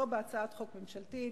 לא בהצעת חוק ממשלתית.